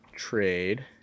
Trade